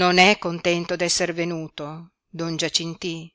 non è contento d'esser venuto don giacintí